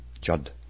Judd